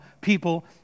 people